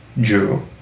Jew